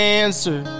answer